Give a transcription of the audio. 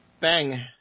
Bang